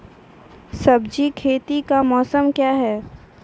सब्जी खेती का मौसम क्या हैं?